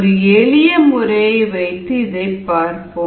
ஒரு எளிய முறையை வைத்து இதைப் பார்ப்போம்